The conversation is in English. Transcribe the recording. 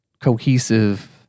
cohesive